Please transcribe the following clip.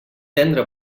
tendre